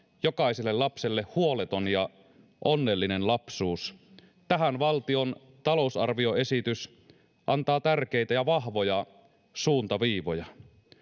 jokaiselle lapselle huoleton ja onnellinen lapsuus tähän valtion talousarvioesitys antaa tärkeitä ja vahvoja suuntaviivoja